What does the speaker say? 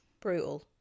Brutal